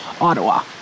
Ottawa